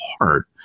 heart